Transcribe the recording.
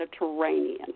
Mediterranean